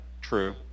true